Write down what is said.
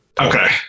Okay